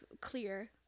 Clear